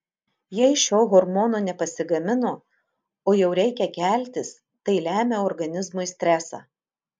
jei šio hormono nepasigamino o jau reikia keltis tai lemia organizmui stresą